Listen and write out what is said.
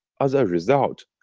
as a result,